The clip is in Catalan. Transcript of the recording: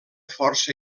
força